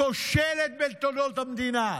הכושלת בתולדות המדינה.